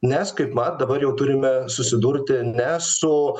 nes kaip mat dabar jau turime susidurti ne su